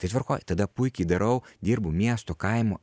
tai tvarkoj tada puikiai darau dirbu miesto kaimo